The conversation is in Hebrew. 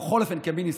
בכל אופן כמיניסטר.